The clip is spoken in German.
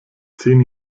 zehn